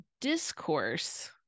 discourse